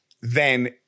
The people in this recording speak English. then-